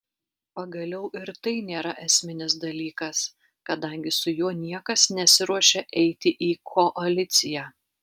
pagaliau ir tai nėra esminis dalykas kadangi su juo niekas nesiruošia eiti į koaliciją